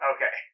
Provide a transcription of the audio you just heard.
Okay